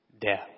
death